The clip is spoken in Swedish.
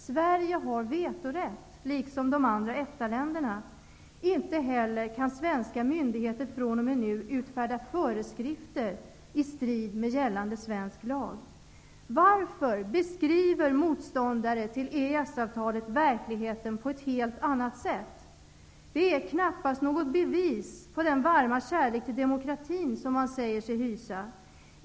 Sverige har vetorätt, liksom de andra EFTA-länderna. Vidare kan svenska myndigheter fr.o.m. nu inte utfärda föreskrifter i strid med gällande svensk lag. Varför beskriver motståndare till EES-avtalet verkligheten på ett helt annat sätt? Det är knappast något bevis på den varma kärlek till demokratin som man säger sig hysa.